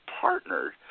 partnered